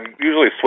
usually